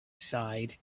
side